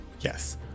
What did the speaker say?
Yes